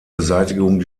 beseitigung